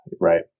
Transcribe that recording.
right